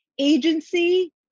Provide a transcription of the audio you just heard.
agency